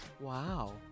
Wow